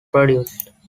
produced